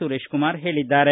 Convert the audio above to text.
ಸುರೇಶಕುಮಾರ್ ಹೇಳಿದ್ದಾರೆ